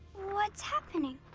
what's happening?